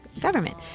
government